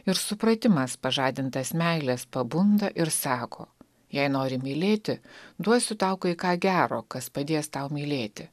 ir supratimas pažadintas meilės pabunda ir sako jei nori mylėti duosiu tau kai ką gero kas padės tau mylėti